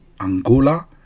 Angola